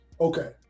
Okay